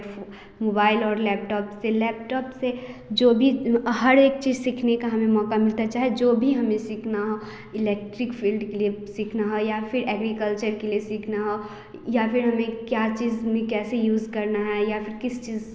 mobile और laptop से laptop से जो भी हर एक चीज़ सीखने का हमें मौका मिलता है चाहे जो भी हमें सीखना हो इलेक्ट्रिक फील्ड के लिए सीखना हो या फिर एग्रीकल्चर के लिए सीखना हो या फिर हमें क्या चीज़ में कैसे यूज़ करना है या फिर किस चीज़ से